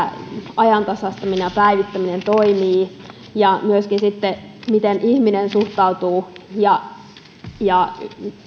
ajantasaistaminen ja päivittäminen toimivat ja miten myöskin sitten ihminen suhtautuu ja